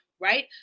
right